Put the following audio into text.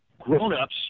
Grown-ups